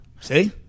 See